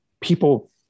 people